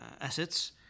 assets